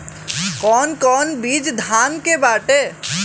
कौन कौन बिज धान के बाटे?